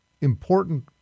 important